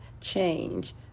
change